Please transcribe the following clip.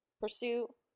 pursuit